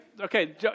Okay